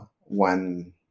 one